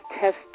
test